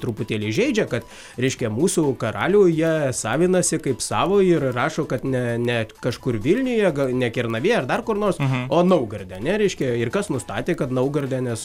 truputėlį žeidžia kad reiškia mūsų karalių jie savinasi kaip savo ir rašo kad ne ne kažkur vilniuje ga ne kernavėj ar dar kur nors o naugarde ane reiškia ir kas nustatė kad naugarde nes